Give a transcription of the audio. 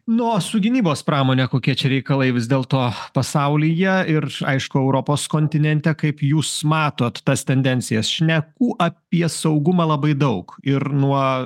na o su gynybos pramone kokie čia reikalai vis dėl to pasaulyje ir aišku europos kontinente kaip jūs matot tas tendencijas šnekų apie saugumą labai daug ir nuo